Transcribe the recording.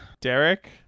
Derek